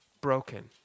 broken